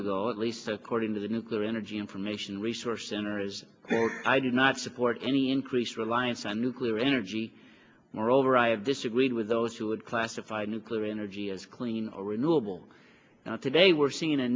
ago at least according to the nuclear energy information resource center as i did not support any increased reliance on nuclear energy moreover i have disagreed with those who would classify nuclear energy as clean or renewable now today we're seeing a